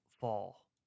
fall